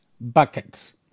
buckets